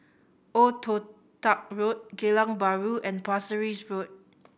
Old Toh Tuck Road Geylang Bahru and Pasir Ris Road